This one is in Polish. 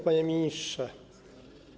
Panie Ministrze!